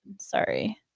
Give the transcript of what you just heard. Sorry